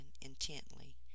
intently